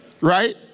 right